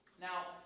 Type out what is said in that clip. Now